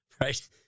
right